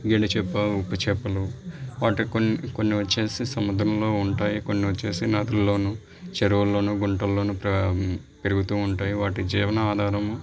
ఎండు చేప ఉప్పుచేపలు వాటి కొన్ కొన్ని వచ్చి సముద్రంలో ఉంటాయి కొన్ని వచ్చి నదులలో చెరువులలో గుంటలలో పె పెరుగుతు ఉంటాయి వాటి జీవన ఆధారము